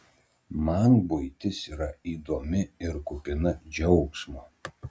man buitis yra įdomi ir kupina džiaugsmo